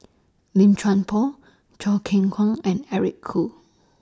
Lim Chuan Poh Choo Keng Kwang and Eric Khoo